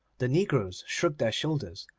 the negroes shrugged their shoulders,